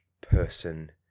person